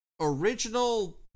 original